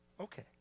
Okay